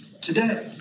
today